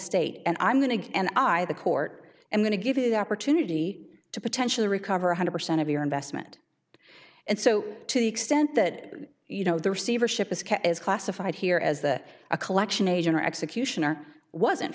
estate and i'm going to go and i the court i'm going to give you the opportunity to potentially recover one hundred percent of your investment and so to the extent that you know the receivership is classified here as a collection agent or executioner wasn't